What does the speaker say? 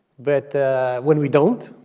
but when we don't,